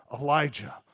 Elijah